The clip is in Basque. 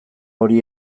hori